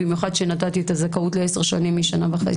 במיוחד כשהארכתי את הזכאות לעשר שנים משנה וחצי.